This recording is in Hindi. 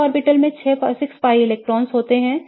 p ऑर्बिटल्स में 6 pi इलेक्ट्रॉन होते हैं